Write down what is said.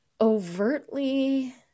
overtly